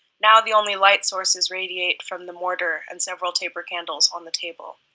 now the only light sources radiate from the mortar and several taper candles on the table.